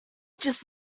just